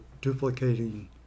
duplicating